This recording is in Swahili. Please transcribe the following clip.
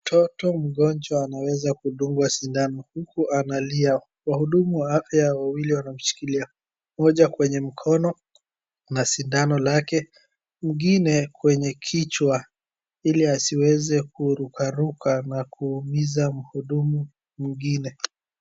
Mtoto mgonjwa anaweza kudungwa sindano, huku analia. Wahudumu wa afya wawili wanamshikilia, mmoja kwenye mkono na sindano lake, mwingine kwenye kichwa ili asiweze kurukaruka na kuumiza mhudumu mwingine.